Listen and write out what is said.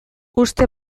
uste